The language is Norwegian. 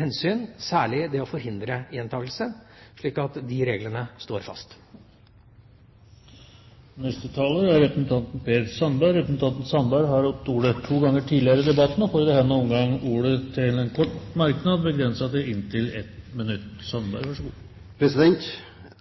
hensyn særlig det å forhindre gjentakelse, så de reglene står fast. Representanten Per Sandberg har hatt ordet to ganger tidligere i debatten og får ordet til en kort merknad, begrenset til 1 minutt.